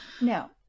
no